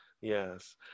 Yes